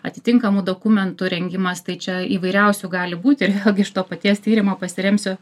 atitinkamų dokumentų rengimas tai čia įvairiausių gali būt ir vėlgi iš to paties tyrimo pasiremsiu